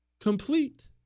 complete